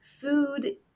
food